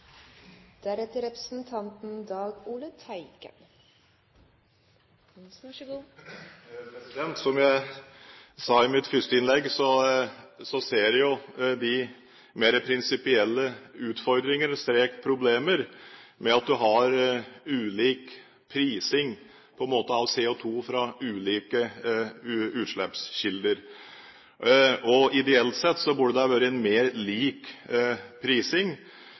Som jeg sa i mitt første innlegg, ser jeg jo de mer prinsipielle utfordringer/problemer ved at en har ulik prising på CO2 fra ulike utslippskilder. Ideelt sett burde det ha vært mer lik prising,